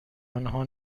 آنها